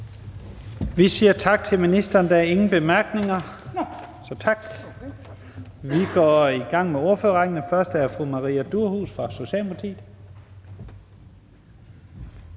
Vi siger tak til ministeren. Der er ingen korte bemærkninger. Vi går i gang med ordførerrækken, og den første er fru Maria Durhuus fra Socialdemokratiet.